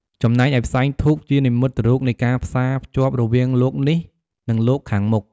ចំណែកឯផ្សែងធូបជានិមិត្តរូបនៃការផ្សារភ្ជាប់រវាងលោកនេះ និងលោកខាងមុខ។